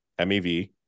MEV